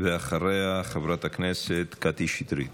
אחריה, חברת הכנסת קטי שטרית.